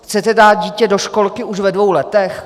Chcete dát dítě do školky už ve dvou letech?